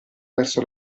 verso